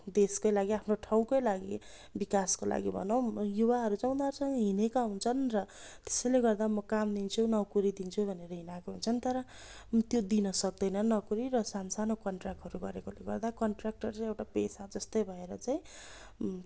दैशकै लागि आफ्नो ठाउँकै लागि विकासको लागि भनौँ युवाहरू चाहिँ उनीहरूसँग हिँडेका हुन्छन् र त्यसैले गर्दा म काम दिन्छु नोकरी दिन्छु भनेर हिँडाएका हुन्छन् तर त्यो दिन सक्तैनन् नोकरी र सान्सानो कन्ट्र्याक्टहरू गरेकोले गर्दा कन्ट्र्याक्टर चाहिँ एउटा पेसा जस्तै भएर चाहिँ